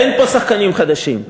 אין פה שחקנים חדשים.